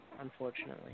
unfortunately